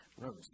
rose